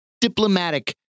diplomatic